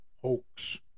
hoax